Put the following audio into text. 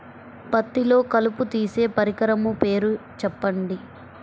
పత్తిలో కలుపు తీసే పరికరము పేరు చెప్పండి